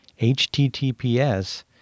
HTTPS